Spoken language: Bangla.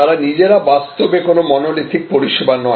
তারা নিজেরা বাস্তবে কোনো মনোলিথিক পরিষেবা নয়